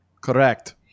Correct